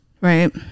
Right